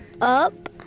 up